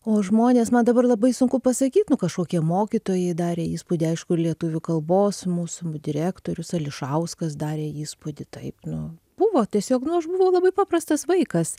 o žmonės man dabar labai sunku pasakyt nu kažkokie mokytojai darė įspūdį aišku lietuvių kalbos mūsų direktorius ališauskas darė įspūdį taip nu buvo tiesiog nu aš buvau labai paprastas vaikas